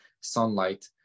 sunlight